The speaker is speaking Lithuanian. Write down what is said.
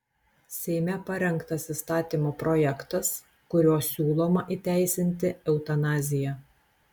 seime parengtas įstatymo projektas kuriuo siūloma įteisinti eutanaziją